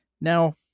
Now